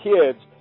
kids